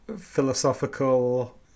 philosophical